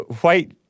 white